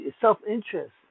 self-interest